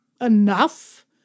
enough